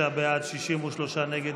46 בעד, 63 נגד.